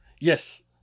Yes